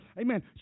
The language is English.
amen